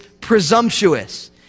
presumptuous